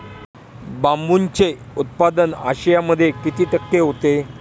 बांबूचे उत्पादन आशियामध्ये किती टक्के होते?